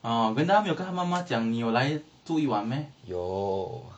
orh wait 他没有跟他妈妈讲你有来住一晚 meh